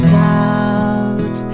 doubt